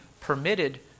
permitted